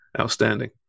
Outstanding